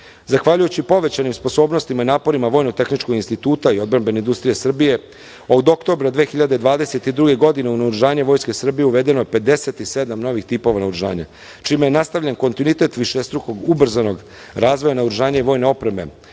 pretnjama. Zahvaljujući povećanim sposobnostima i naporima Vojno-tehničkog instituta i odbrambene industrije Srbije, a od oktobra 2022. godine u naoružanje Vojske Srbije uvedeno je 57 novih tipova naoružanja, čime je nastavljen kontinuitet višestrukog ubrzanog razvoja naoružanja i vojne opreme